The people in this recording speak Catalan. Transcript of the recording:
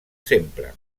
sempre